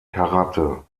karate